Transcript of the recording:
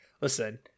listen